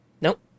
Nope